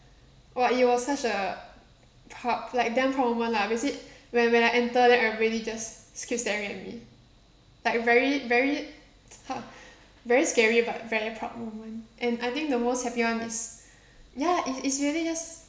!wah! it was such a proud like damn proud moment lah when it when when I enter then everybody just keeps staring at me like very very ha very scary but very proud moment and I think the most happy one is ya it's it's really just